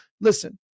Listen